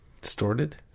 Distorted